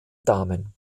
damen